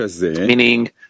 meaning